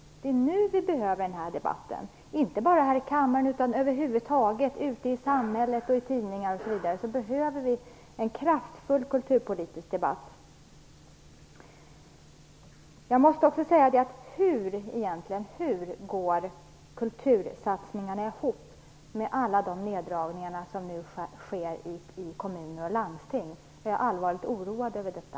Det är nu vi behöver en kraftfull kulturpolitisk debatt, inte bara i kammaren utan över huvud taget i samhället, i tidningar. Hur går egentligen kultursatsningarna ihop men alla de neddragningar som nu sker i kommuner och landsting? Jag är allvarligt oroad över detta.